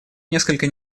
несколько